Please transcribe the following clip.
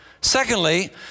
Secondly